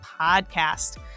podcast